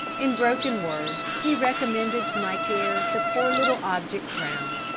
in broken words, he recommended to my care the poor little objects round.